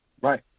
right